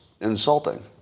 insulting